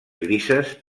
grises